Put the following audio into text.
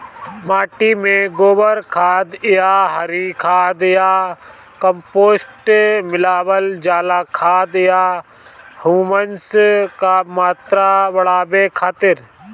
माटी में गोबर खाद या हरी खाद या कम्पोस्ट मिलावल जाला खाद या ह्यूमस क मात्रा बढ़ावे खातिर?